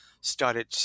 started